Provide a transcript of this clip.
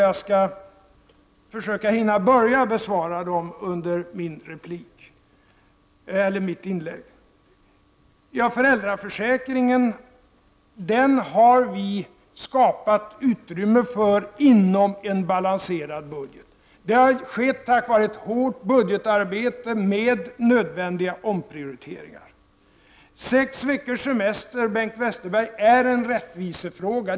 Jag skall försöka hinna börja besvara dem under mitt inlägg. Föräldraförsäkringen har vi skapat utrymme för inom en balanserad budget. Det har kunnat ske tack vare ett hårt budgetarbete med nödvändiga omprioriteringar. Sex veckors semester är, Bengt Westerberg, en rättvisefråga.